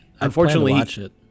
unfortunately